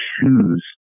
choose